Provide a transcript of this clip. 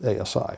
ASI